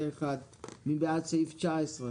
פעילותו הפיננסית לפי הדין כאמור באותו סעיף",